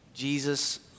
Jesus